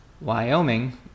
Wyoming